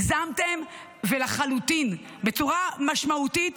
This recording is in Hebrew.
הגזמתם, ולחלוטין, בצורה משמעותית.